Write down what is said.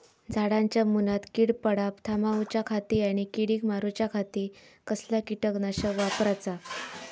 झाडांच्या मूनात कीड पडाप थामाउच्या खाती आणि किडीक मारूच्याखाती कसला किटकनाशक वापराचा?